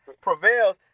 prevails